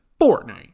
Fortnite